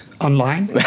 Online